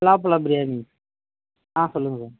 பலாப்பழம் பிரியாணி ஆ சொல்லுங்கள் சார்